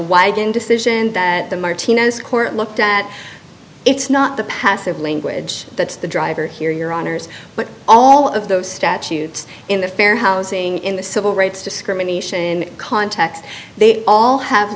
widened decision that the martinez court looked at it's not the passive language that's the driver here your honour's but all of those statutes in the fair housing in the civil rights discrimination in context they all have